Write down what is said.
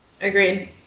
agreed